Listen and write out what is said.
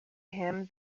him